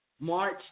March